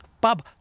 Bob